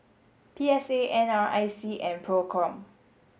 P S A N R I C and PROCOM